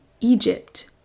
Egypt